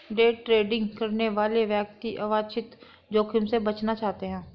day trading करने वाले व्यक्ति अवांछित जोखिम से बचना चाहते हैं